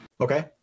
okay